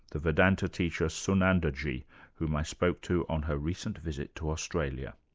the vedanta teacher, sunandaji whom i spoke to on her recent visit to australia.